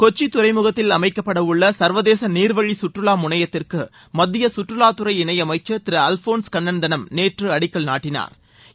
கொச்சி துறைமுகத்தில் அமைக்கப்படவுள்ள சா்வதேச நீா்வழி சுற்றுலா முனையத்திற்கு மத்திய சுற்றுவாத்துறை இணையமைச்சா் திரு அல்போன்ஸ் கண்ணன்தனம் நேற்று அடிக்கல் நாட்டினாா்